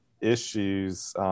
issues